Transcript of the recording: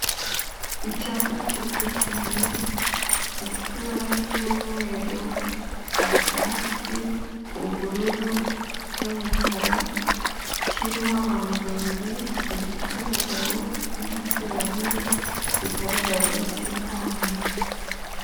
Icyapa kinini cyane gifite ibara ry'umweru, icyatsi, ubururu n'umukara, kiriho abantu babiri, igitsina gabo n'igitsina gore, bigaragara aho kiri kwamamaza.